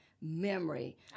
memory